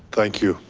thank you